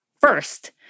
first